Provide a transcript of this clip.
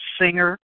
singer